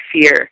fear